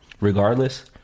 regardless